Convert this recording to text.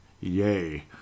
Yay